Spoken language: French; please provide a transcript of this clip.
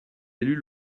élus